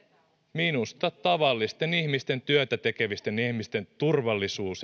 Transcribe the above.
minusta tavallisten ihmisten työtä tekevien ihmisten turvallisuus